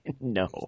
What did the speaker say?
No